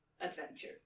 adventure